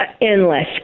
Endless